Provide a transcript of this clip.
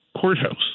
courthouse